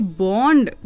bond